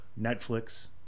Netflix